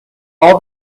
all